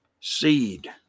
seed